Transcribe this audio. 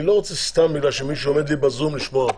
אני לא רוצה סתם בגלל שמישהו עומד לי בזום לשמוע אותו.